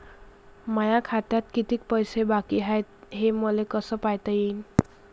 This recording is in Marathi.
माया खात्यात कितीक पैसे बाकी हाय हे कस पायता येईन?